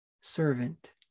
servant